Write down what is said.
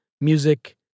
music